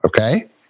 okay